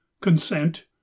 consent